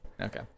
okay